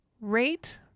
rate